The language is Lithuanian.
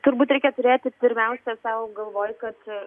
turbūt reikia turėti pirmiausia sau galvoj kad